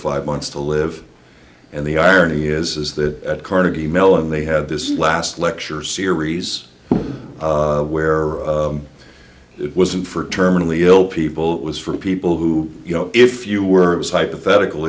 five months to live and the irony is that at carnegie mellon they had this last lecture series where it wasn't for terminally ill people was for people who you know if you were it was hypothetical